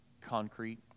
concrete